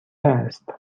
است